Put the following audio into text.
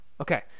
okay